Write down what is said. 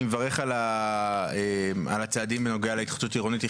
אני מברך על הצעדים בנוגע להתחדשות העירונית.